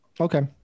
okay